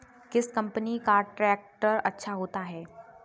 किस कंपनी का ट्रैक्टर अच्छा होता है?